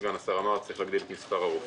סגן השר אמר שצריך להגדיל את מספר הרופאים.